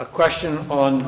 a question on